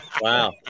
Wow